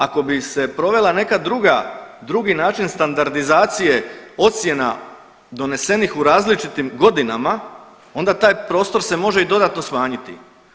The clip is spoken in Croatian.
Ako bi se provela neka druga, drugi način standardizacije ocjena donesenih u različitim godinama onda taj prostor se može i dodatno smanjiti.